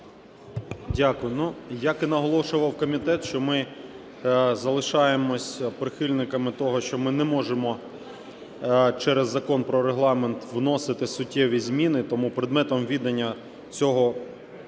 Дякую. Ну, як і наголошував комітет, що ми залишаємось прихильниками того, що ми не можемо через Закон про Регламент вносити суттєві зміни. Тому предметом відання цього